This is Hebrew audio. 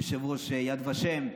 יושב-ראש יד ושם,